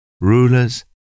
Rulers